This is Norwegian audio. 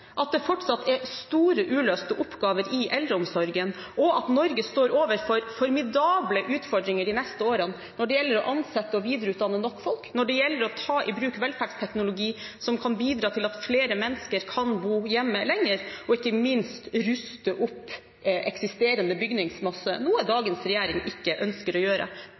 at det fortsatt er store, uløste oppgaver i eldreomsorgen, og at Norge står overfor formidable utfordringer de neste årene når det gjelder å ansette og videreutdanne nok folk, og når det gjelder å ta i bruk velferdsteknologi som kan bidra til at flere mennesker kan bo hjemme lenger – og ikke minst ruste opp eksisterende bygningsmasse, noe dagens regjering ikke ønsker å gjøre.